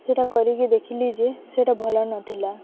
ସେଟା କରିକି ଦେଖିଲି ଯେ ସେଟା ଭଲ ନଥିଲା